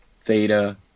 theta